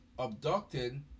abducted